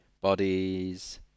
bodies